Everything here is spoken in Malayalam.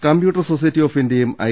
കമ്പ്യൂട്ടർ സൊസൈറ്റി ഓഫ് ഇന്ത്യയും ഐ